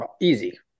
Easy